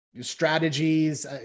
strategies